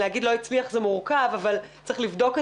להגיד לא הצליח זה מורכב אבל צריך לבדוק את